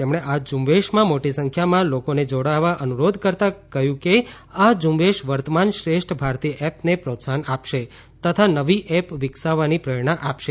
તેમણે આ ઝુંબેશમાં મોટી સંખ્યામાં લોકોને જોડાવા અનુરોધ કરતાં કહ્યું હતું કે આ ઝ્રંબેશ વર્તમાન શ્રેષ્ઠ ભારતીય એપને પ્રોત્સાહન આપશે તથા નવી એપ વિકસાવવાની પ્રેરણા આપશે